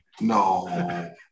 no